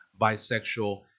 bisexual